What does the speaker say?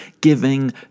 giving